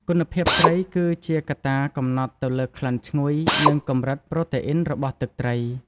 គុណភាពត្រី គឺជាកត្តាកំណត់ទៅលើក្លិនឈ្ងុយ និងកម្រិតប្រូតេអ៊ីនរបស់ទឹកត្រី។